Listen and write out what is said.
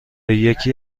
یکی